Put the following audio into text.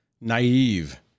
Naive